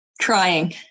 trying